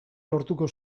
lortuko